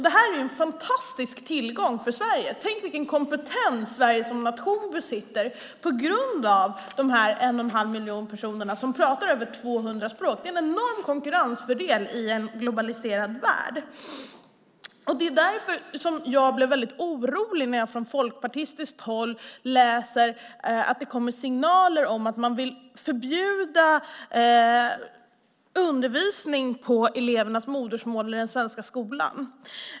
Det här är en fantastisk tillgång för Sverige. Tänk vilken kompetens Sverige som nation besitter på grund av de en och en halv miljoner personer som pratar över 200 språk. Det är en enorm konkurrensfördel i en globaliserad värld. Det är därför som jag blir väldigt orolig när jag läser att det från folkpartistiskt håll kommer signaler om att man vill förbjuda undervisning på elevernas modersmål i den svenska skolan.